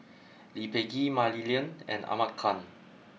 Lee Peh Gee Mah Li Lian and Ahmad Khan